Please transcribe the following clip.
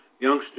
youngsters